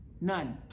None